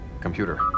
Computer